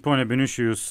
pone beniuši jūs